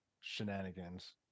shenanigans